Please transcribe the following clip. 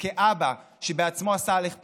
וכאבא שבעצמו עשה הליך פונדקאות,